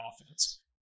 offense